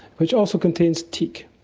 which also contains teak,